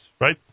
right